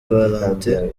valentin